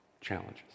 challenges